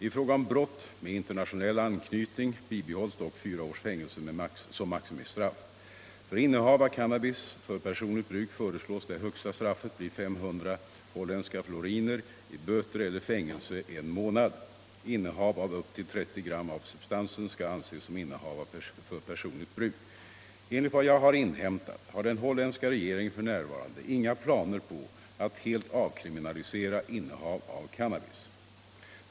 I fråga om brott med internationell anknytning bibehålls dock fyra års fängelse som maximistraff. För innehav av cannabis för personligt bruk föreslås. det högsta straffet bli 500 holländska floriner i böter eller fängelse en månad. Innehav av upp till 30 gram av substansen skall anses som innehav för personligt bruk. Enligt vad jag har inhämtat har den holländska regeringen f. n. inga planer på att helt avkriminalisera innehav av cannabis.